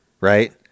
right